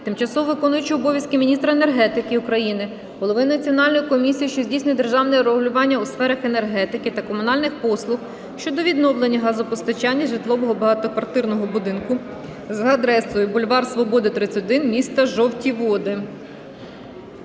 тимчасово виконуючої обов'язки міністра енергетики України, голови Національної комісії, що здійснює державне регулювання у сферах енергетики та комунальних послуг щодо відновлення газопостачання житлового багатоквартирного будинку за адресою: бульвар Свободи, 31, місто Жовті Води.